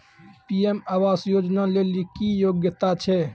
PM आवास योजना लेली की योग्यता छै?